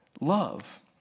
love